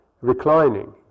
Reclining